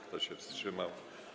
Kto się wstrzymał?